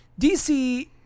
DC